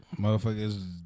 motherfuckers